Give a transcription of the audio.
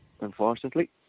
unfortunately